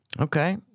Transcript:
Okay